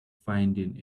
finding